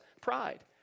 pride